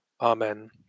Amen